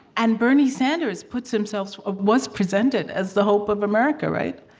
and bernie sanders puts himself, was presented as the hope of america, right?